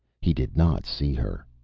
he did not see her.